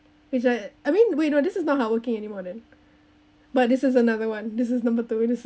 it's like I mean wait no this is no hardworking anymore then but this is another one this is number two